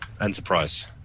enterprise